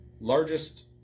largest